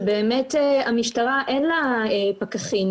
שלמשטרה אין פקחים,